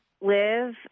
live